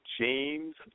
James